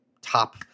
top